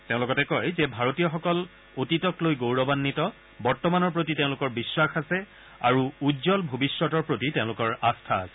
তেওঁ লগতে কয় যে ভাৰতীয়সকলে অতীতক লৈ গৌৰৱাঘ্বিত বৰ্তমানৰ প্ৰতি তেওঁলোকৰ বিশ্বাস আছে আৰু উজ্জ্বল ভৱিষ্যতৰ প্ৰতি তেওঁলোকৰ আস্থা আছে